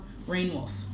Rainwolf